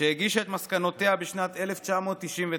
שהגישה את מסקנותיה בשנת 1999,